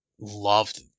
loved